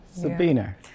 Sabina